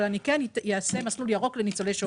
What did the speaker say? אבל אני כן אעשה מסלול ירוק לניצולי שואה.